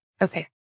okay